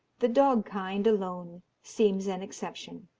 the dog-kind alone seems an exception,